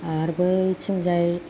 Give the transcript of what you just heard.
आरो बैथिंजाय